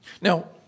Now